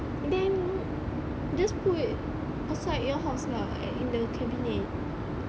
then just put outside your house ah at in the cabinet